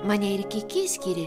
mane ir kiki skyrė